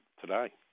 today